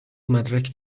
مدرک